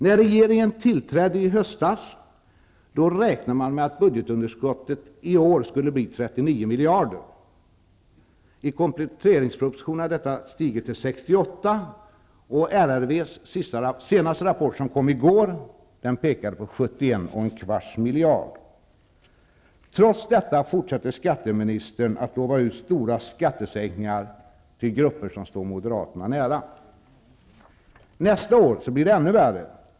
När regeringen tillträdde i höstas räknade man med att budgetunderskottet i år skulle bli 39 miljarder kronor. I kompletteringspropositionen hade detta stigit till 68 miljarder kronor. RRV:s senaste rapport som kom i går pekar på 71 miljarder 250 000 kronor. Trots detta fortsätter skatteministern att lova ut stora skattesänkningar till grupper som står moderaterna nära. Nästa år blir det än värre.